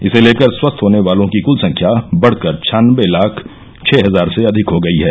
इसे लेकर स्वस्थ होने वालों की कृल संख्या बढ़कर छानबे लाख छह हजार से अधिक हो गई है